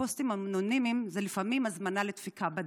פוסטים אנונימיים זה לפעמים הזמנה לדפיקה בדלת.